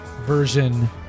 version